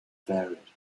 varied